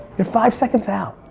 you're five seconds out.